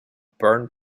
burn